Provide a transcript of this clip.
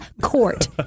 Court